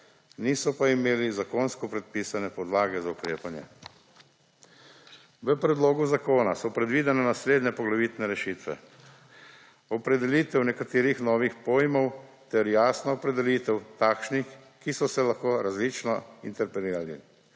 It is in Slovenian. niso pa imeli zakonsko predpisane podlage za ukrepanje. V predlogu zakona so predvidene naslednje poglavitne rešitve: opredelitev nekaterih novih pojmov ter jasna opredelitev takšnih, ki so se lahko različno interpretirali,